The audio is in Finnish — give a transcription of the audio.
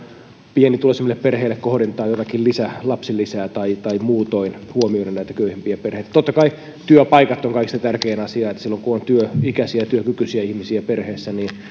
pienituloisimmille perheille kohdentaa jotakin lisälapsilisää tai tai muutoin huomioida näitä köyhimpiä perheitä totta kai työpaikat ovat kaikista tärkein asia niin että silloin kun on työikäisiä ja työkykyisiä ihmisiä perheessä